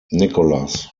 nicholas